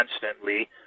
constantly